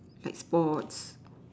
like sports